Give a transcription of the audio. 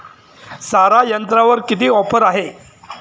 सारा यंत्रावर किती ऑफर आहे?